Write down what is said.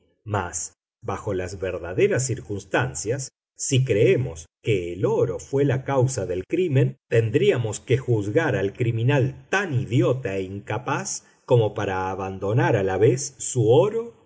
mas bajo las verdaderas circunstancias si creemos que el oro fué la causa del crimen tendríamos que juzgar al criminal tan idiota e incapaz como para abandonar a la vez su oro